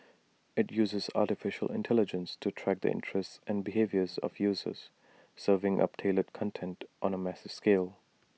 IT uses Artificial Intelligence to track the interests and behaviours of users serving up tailored content on A massive scale